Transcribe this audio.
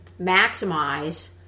maximize